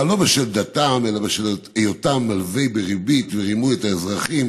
לא בשל דתם אלא בשל היותם מלווים בריבית שרימו את האזרחים